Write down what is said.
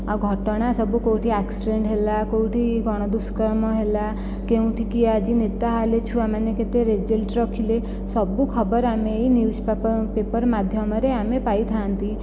ଆଉ ଘଟଣା ସବୁ କେଉଁଠି ଆକ୍ସିଡେଣ୍ଟ ହେଲା କେଉଁଠି ଗଣ ଦୁଷ୍କର୍ମ ହେଲା କେଉଁଠିକି ଆଜି ନେତା ଆସିଲେ ଛୁଆମାନେ କେତେ ରେଜଲ୍ଟ ରଖିଲେ ସବୁ ଖବର ଆମେ ଏହି ନ୍ୟୁଜ ପେପର ମାଧ୍ୟମରେ ଆମେ ପାଇଥାନ୍ତି